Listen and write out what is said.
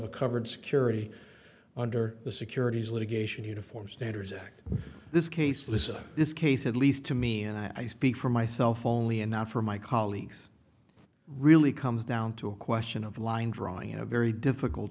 a covered security under the securities litigation uniform standards act this case this in this case at least to me and i speak for myself only and not for my colleagues really comes down to a question of line drawing in a very difficult